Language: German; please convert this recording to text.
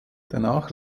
danach